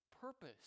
purpose